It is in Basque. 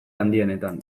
handienetan